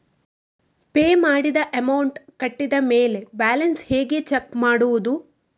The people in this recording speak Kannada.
ಪೇ ಮಾಡಿದ ಅಮೌಂಟ್ ಕಟ್ಟಿದ ಮೇಲೆ ಬ್ಯಾಲೆನ್ಸ್ ಹೇಗೆ ಚೆಕ್ ಮಾಡುವುದು?